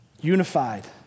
unified